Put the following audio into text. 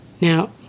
Now